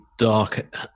dark